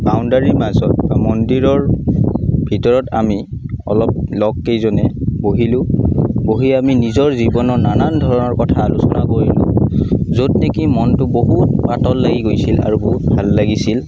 বাউণ্ডাৰিৰ মাজৰ মন্দিৰৰ ভিতৰত আমি অলপ লগ কেইজনে বহিলোঁ বহি আমি নিজৰ জীৱনৰ নানান ধৰণৰ কথা আলোচনা কৰিলোঁ য'ত নেকি মনটো বহুত পাতল লাগি গৈছিল আৰু বহুত ভাল লাগিছিল